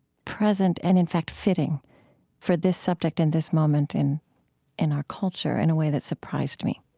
present and, in fact, fitting for this subject in this moment in in our culture in a way that surprised me